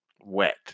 wet